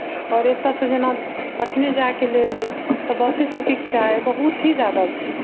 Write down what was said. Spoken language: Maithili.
आओर एतऽ सऽ जेना पटने जाय के लेल अइ तऽ बसे सबके किराया बहुत ही जादा छै